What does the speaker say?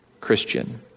Christian